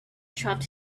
dropped